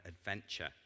adventure